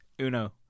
Uno